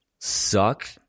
suck